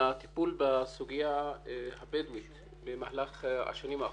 הטיפול בסוגיה הבדואית במהלך השנים האחרונות.